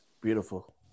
Beautiful